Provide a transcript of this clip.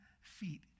feet